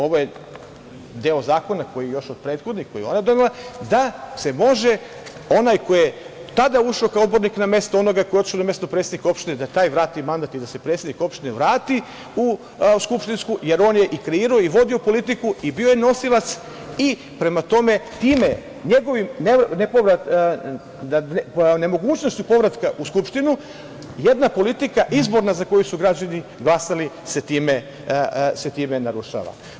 Ovo je deo zakona koji je još od prethodnih, koji je ona donela, da se može onaj koji je tada ušao kao odbornik na mesto onoga koji je otišao na mesto predsednika opštine da taj vrati mandat i da se predsednik opštine vrati u skupštinsku, jer on je kreirao i vodio politiku i bio je nosilac i prema tome, time, njegovom nemogućnošću povratka u Skupštinu jedna politika izborna za koju su građani glasali se time narušava.